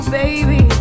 baby